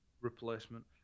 replacement